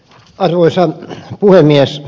arvoisa puhemies